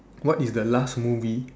what is the last movie